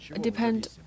depend